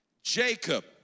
Jacob